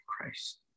Christ